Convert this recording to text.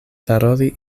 paroli